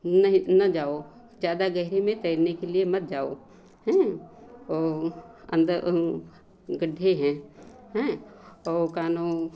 में न जाओ ज़्यादा गहरे में तैरने के लिए मत जाओ है न औ अंद गढ्ढे हैं औ कानू